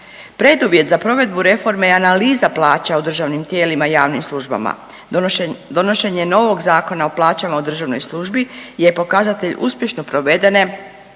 Preduvjet za provedbu reforme je analiza plaća u državnim tijelima i javnim službama. Donošenje, donošenje novog Zakona o plaćama u državnoj službi je pokazatelj uspješno provedene